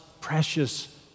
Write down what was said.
precious